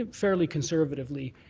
ah fairly conservatively.